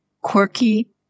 quirky